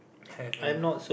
have an uh